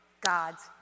God's